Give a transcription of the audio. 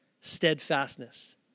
Steadfastness